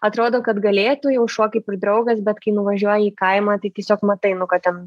atrodo kad galėtų jau šuo kaip ir draugas bet kai nuvažiuoji į kaimą tai tiesiog matai nu kad ten